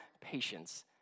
patience